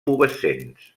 pubescents